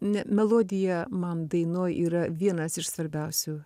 ne melodija man dainoj yra vienas iš svarbiausių